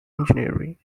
engineering